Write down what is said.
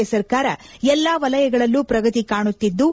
A ಸರ್ಕಾರ ಎಲ್ಲಾ ವಲಯಗಳಲ್ಲೂ ಪ್ರಗತಿ ಕಾಣುತ್ತಿದ್ದು